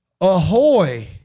Ahoy